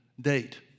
date